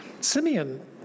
Simeon